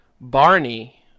Barney